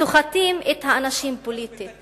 סוחטים את האנשים פוליטית, לא, למה לעזור לה?